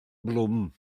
blwm